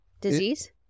disease